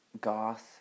Goth